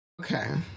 okay